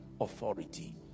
authority